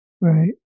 Right